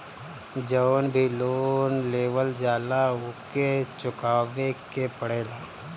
जवन भी लोन लेवल जाला उके चुकावे के पड़ेला